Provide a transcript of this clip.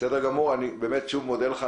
אני מודה לך.